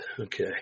okay